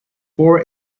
four